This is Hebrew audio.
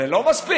זה לא מספיק,